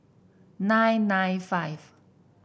nine nine five